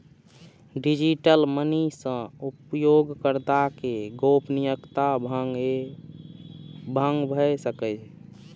digital money सं उपयोगकर्ता के गोपनीयता भंग भए सकैए